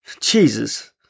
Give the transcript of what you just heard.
Jesus